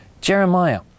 Jeremiah